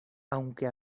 aunque